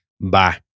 Bye